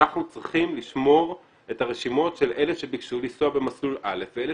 אנחנו צריכים לשמור את הרשימות של אלה שביקשו לנסוע במסלול א' ואלה